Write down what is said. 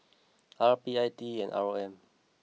R P I T E and R O M